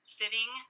sitting